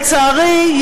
לצערי,